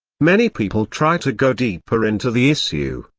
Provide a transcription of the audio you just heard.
many people try to go deeper into the issue,